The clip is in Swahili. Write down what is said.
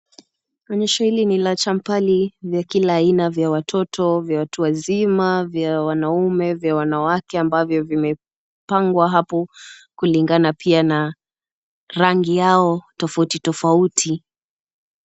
Hili shule ni la champali za kila aina vya watoto ,vya watu wazima ,vya wanaume, vya wanawake, ambavyo vimepangwa hapo kulingana pia na rangi yao tofauti tofauti.